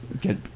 get